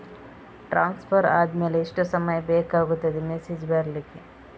Transfer ಆದ್ಮೇಲೆ ಎಷ್ಟು ಸಮಯ ಬೇಕಾಗುತ್ತದೆ ಮೆಸೇಜ್ ಬರ್ಲಿಕ್ಕೆ?